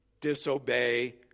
disobey